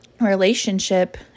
relationship